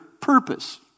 purpose